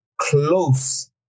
close